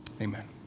Amen